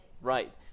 Right